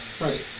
Right